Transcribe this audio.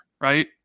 right